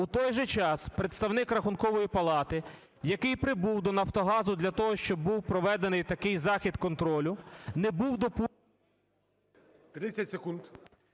В той же час, представник Рахункової палати, який прибув до "Нафтогазу" для того, щоб був проведений такий захід контролю, не був допущений…